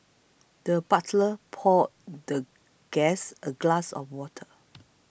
the butler poured the guest a glass of water